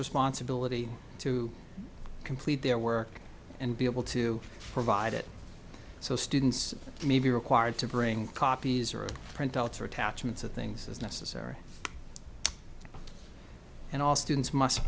responsibility to complete their work and be able to provide it so students may be required to bring copies or printouts or attachments of things as necessary and all students must